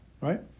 right